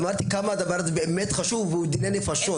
אני אמרתי כמה הדבר הזה באמת חשוב והוא דיני נפשות.